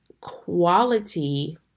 quality